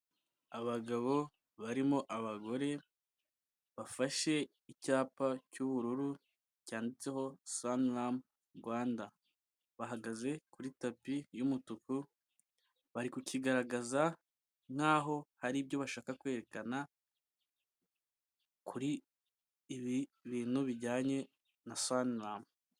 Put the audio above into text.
Abagabo barimo abagore bafashe icyapa cy'ubururu cyanditseho sanilamu Rwanda, bahagaze kuri tapi y'umutuku bari kukigaragaza nkaho hari ibyo bashaka kwerekana kuri ibi bintu bijyanye na sanilamu.